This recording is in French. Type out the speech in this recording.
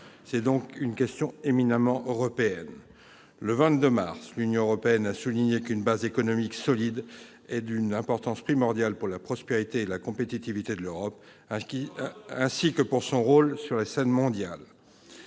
s'agit donc d'une question éminemment européenne. Le 22 mars dernier, l'Union européenne a souligné :« Une base économique solide est d'une importance primordiale pour la prospérité et la compétitivité de l'Europe, ainsi que pour son rôle sur la scène mondiale.